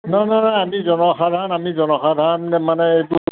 নহয় নহয় নহয় আমি জনসাধাৰণ আমি জনসাধাৰণ মানে এইটো